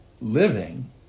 living